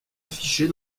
affichés